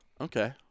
Okay